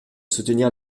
soutenir